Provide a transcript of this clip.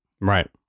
Right